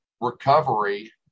recovery